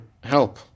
help